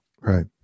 Right